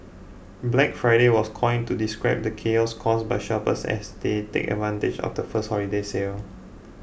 Black Friday was coined to describe the chaos caused by shoppers as they take advantage of the first holiday sale